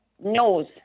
knows